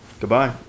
Goodbye